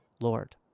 Lord